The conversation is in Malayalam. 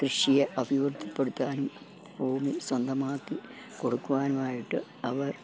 കൃഷിയെ അഭിവൃദ്ധിപ്പെടുത്താനും ഭൂമി സ്വന്തമാക്കി കൊടുക്കുവാനുമായിട്ട് അവർ